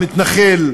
המתנחל,